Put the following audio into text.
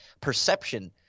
perception